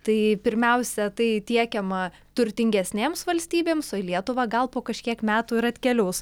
tai pirmiausia tai tiekiama turtingesnėms valstybėms o į lietuvą gal po kažkiek metų ir atkeliaus